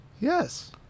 Yes